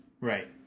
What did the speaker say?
right